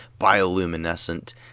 bioluminescent